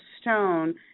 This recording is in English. stone